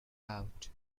out